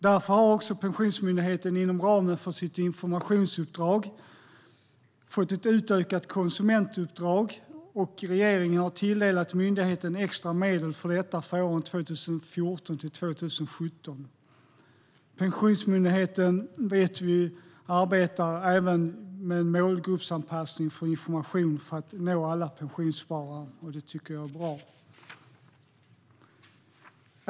Därför har också Pensionsmyndigheten inom ramen för sitt informationsuppdrag fått ett utökat konsumentuppdrag, och regeringen har tilldelat myndigheten extra medel för detta för åren 2014-2017. Vi vet att Pensionsmyndigheten arbetar även med målgruppsanpassad information för att nå alla pensionssparare. Det är bra.